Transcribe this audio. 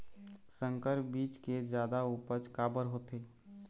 संकर बीज के जादा उपज काबर होथे?